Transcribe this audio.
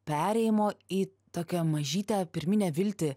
perėjimo į tokią mažytę pirminę viltį